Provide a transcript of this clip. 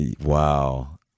Wow